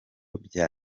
bya